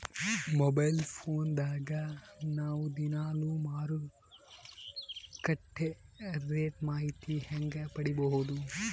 Mobile phone ದಾಗ ನಾವು ದಿನಾಲು ಮಾರುಕಟ್ಟೆ ರೇಟ್ ಮಾಹಿತಿ ಹೆಂಗ ಪಡಿಬಹುದು?